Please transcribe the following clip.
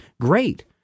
great